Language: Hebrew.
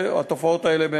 התופעות האלה הן